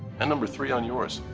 and number three on yours.